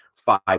Five